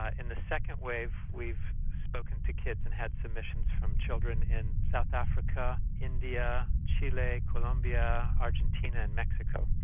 ah in the second wave, we've spoken to kids and had submissions from children in south africa, india, chile, colombia, argentina and mexico.